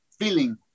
feeling